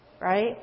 Right